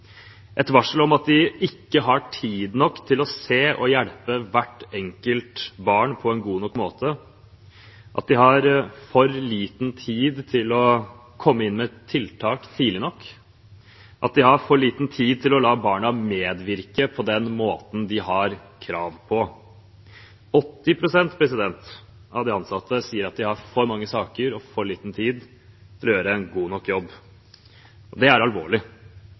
et varsel om at de ikke har tid nok til å se og hjelpe hvert enkelt barn på en god nok måte, at de har for liten tid til å komme inn med tiltak tidlig nok, og at de har for liten tid til å la barna medvirke på den måten de har krav på. 80 pst. av de ansatte sier at de har for mange saker og for liten tid til å gjøre en god nok jobb. Det er alvorlig,